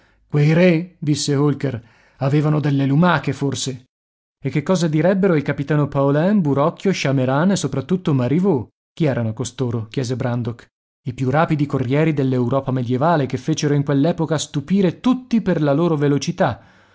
quei re disse holker avevano delle lumache forse e che cosa direbbero il capitano paulin burocchio chameran e soprattutto marivaux chi erano costoro chiese brandok i più rapidi corrieri dell'europa medievale che fecero in quell'epoca stupire tutti per la loro velocità